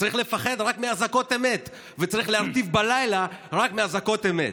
ושצריך לפחד רק מאזעקות אמת וצריך להרטיב בלילה רק מאזעקות אמת.